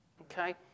Okay